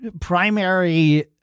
primary